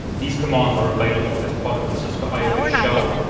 these commands are available as part of the cisco ios shell.